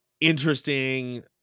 interesting